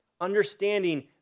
Understanding